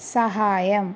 സഹായം